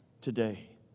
today